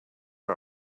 are